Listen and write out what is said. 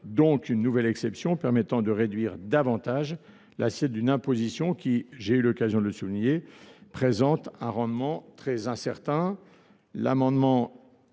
donc une nouvelle exception permettant de réduire davantage l’assiette d’une imposition qui – j’ai eu l’occasion de le souligner – présente un rendement très incertain.